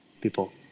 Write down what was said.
people